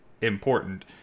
important